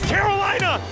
Carolina